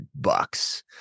bucks